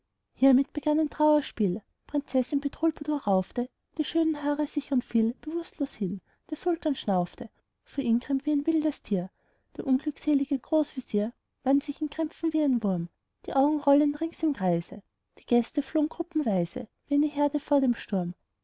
hiermit begann ein trauerspiel prinzessin bedrulbudur raufte die schönen haare sich und fiel bewußtlos hin der sultan schnaufte vor ingrimm wie ein wildes tier der unglückselige großvezier wand sich in krämpfen wie ein wurm die augen rollend rings im kreise die gäste flohen gruppenweise wie eine herde vor dem sturm